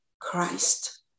Christ